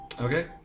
Okay